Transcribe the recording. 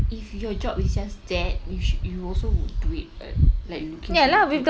if your job is just that you sh~ you also would do it [what] like looking forward to it